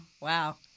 Wow